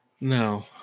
No